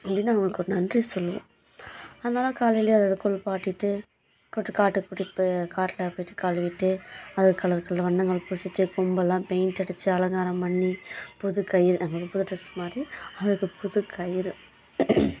அப்படின்னு அவங்களுக்கு ஒரு நன்றி சொல்லுவோம் அதனால காலையில் அதை குளிப்பாட்டிட்டு கூட்டி காட்டுக்கு கூட்டிட்டு போ காட்டில் போயிட்டு கழுவிட்டு அதுக்கு கலர் கலர் வண்ணங்கள் பூசிட்டு கொம்பெல்லாம் பெயிண்ட் அடித்து அலங்காரம் பண்ணி புது கயிறு நாங்கள்லாம் புது ட்ரெஸ் மாதிரி அதுக்கு புது கயிறு